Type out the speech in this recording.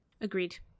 Agreed